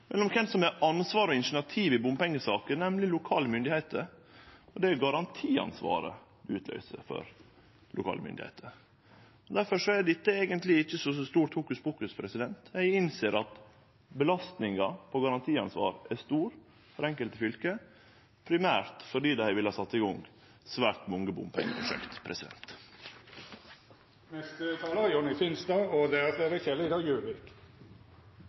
kven som har ansvar og initiativ i bompengesaker, nemleg lokale myndigheiter, og det garantiansvaret utløyser for lokale myndigheiter. Difor er dette eigentleg ikkje noko stort hokuspokus. Eg innser at belastinga på garantiansvar er stor for enkelte fylke, primært fordi dei har villa setje i gang svært mange bompengeprosjekt. Det jeg tok ordet for, var at dette er